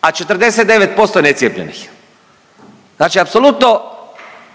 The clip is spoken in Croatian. a 49% necijepljenih. Znači apsolutno